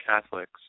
Catholics